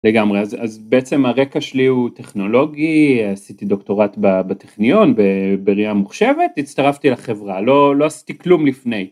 לגמרי. אז בעצם הרקע שלי הוא טכנולוגי עשיתי דוקטורט בטכניון בראייה ממוחשבת הצטרפתי לחברה לא עשיתי כלום לפני.